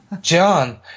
John